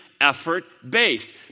effort-based